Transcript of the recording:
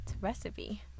recipe